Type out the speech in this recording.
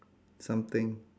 something